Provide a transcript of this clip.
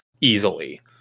easily